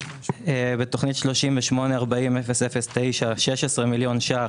ותוכנית 3840009, 16 מיליון ₪,